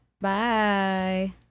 Bye